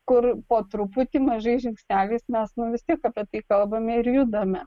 kur po truputį mažais žingsneliais mes vis tiek apie tai kalbame ir judame